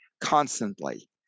constantly